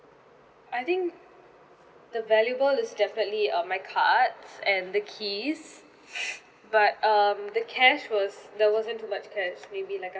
I think the valuable is definitely uh my cards and the keys but um the cash was there wasn't too much cash maybe like a